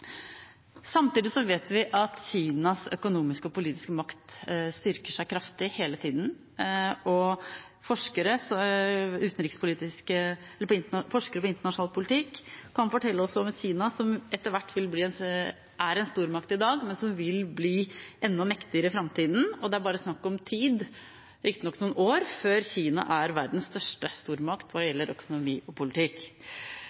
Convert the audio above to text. vet vi at Kinas økonomiske og politiske makt styrker seg kraftig hele tida. Forskere på internasjonal politikk kan fortelle oss om et Kina som er en stormakt i dag, men som vil bli enda mektigere i framtiden. Det er bare snakk om tid – riktignok noen år – før Kina er verdens største stormakt hva